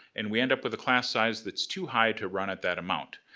and we end up with a class size that's too high to run at that amount.